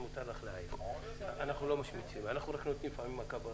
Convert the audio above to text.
אנחנו לא רק המפקח על